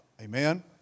Amen